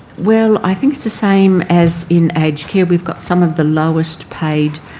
well, i think it's the same as in aged care. we've got some of the lowest paid